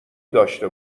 داشته